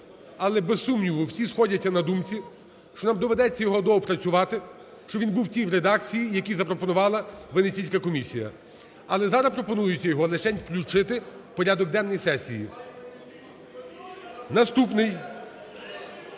але, без сумніву, всі сходяться на думці, що нам доведеться його доопрацювати, щоб він був у тій редакції, яку запропонувала Венеційська комісія. Але зараз пропонується його лишень включити у порядок денний сесії. Наступний